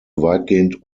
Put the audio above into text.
weitgehend